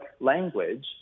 language